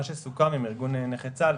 סוכם עם ארגון נכי צה"ל,